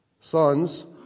sons